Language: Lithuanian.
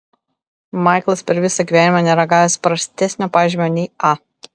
maiklas per visą gyvenimą nėra gavęs prastesnio pažymio nei a